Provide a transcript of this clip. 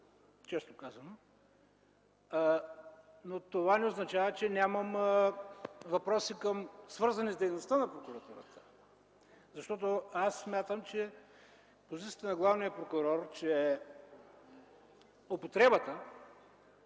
честно казано. Това не означава, че нямам въпроси, свързани с дейността на прокуратурата. Смятам, че позицията на главния прокурор, че употребата